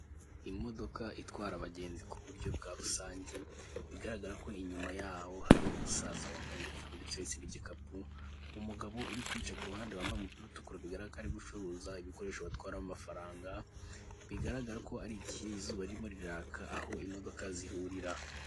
Imodoka itwara abagenzi ku buryo bwa rusange, bigaragara ko inyuma yaho hari umusaza wambaye ingofero ndetse uhetse n'igikapu, umugabo uri kuyica ku ruhande wambaye umupira utukura bigaragara ko ari gucuruza ibikoresho batwaramo amafaranga, bigaragara ko ari igihe izuba ririmo riraka aho imodoka zihurira.